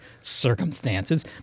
circumstances